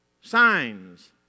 signs